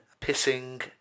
pissing